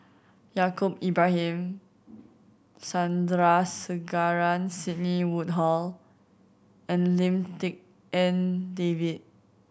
Yaacob Ibrahim Sandrasegaran Sidney Woodhull and Lim Tik En David